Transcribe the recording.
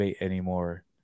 anymore